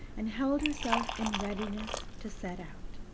and held herself in readiness to set out.